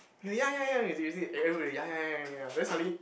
ya ya ya you see you see everybody ya ya ya ya then suddenly